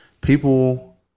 people